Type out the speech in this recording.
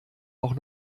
auch